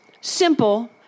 simple